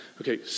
Okay